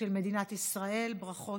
23 בעד,